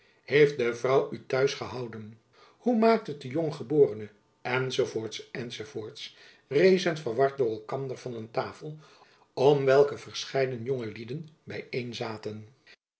heeft de vrouw u t huis gehouden hoe maakt het de jonggeborene enz enz rezen verward door elkander van een tafel om welke verscheiden jonge lieden